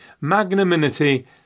magnanimity